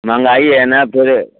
मंहगाई है ना फिर